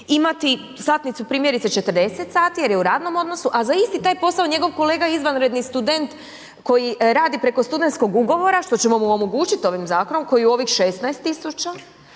imati satnicu primjerice 40 sati jer je u radnom odnosu, a za isti taj posao njegov kolega izvanredni student koji radi preko studentskog ugovora, što ćemo mu omogućiti ovim zakonom, koji u ovih 16 000 će